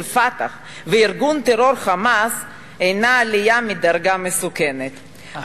ה"פתח" וארגון הטרור ה"חמאס" הינה עליית מדרגה מסוימת.